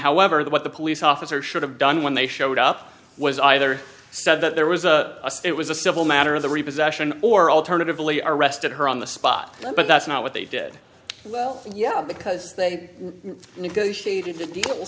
however the what the police officer should have done when they showed up was either said that there was a it was a civil matter the repossession or alternatively arrested her on the spot but that's not what they did yeah because they negotiated the deal